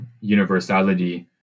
universality